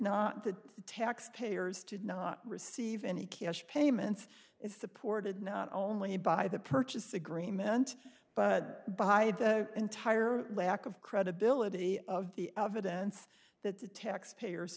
not the taxpayers to not receive any cash payments is supported not only by the purchase agreement but by the entire lack of credibility of the evidence that the taxpayers